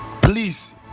Please